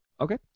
Okay